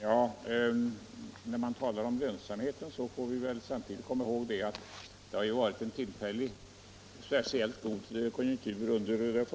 Herr talman! När vi talar om lönsamheten får vi komma ihåg att vi föregående år hade en tillfällig, speciellt god konjunktur. F.